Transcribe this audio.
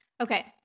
Okay